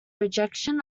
rejection